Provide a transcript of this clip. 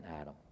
Adam